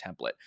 template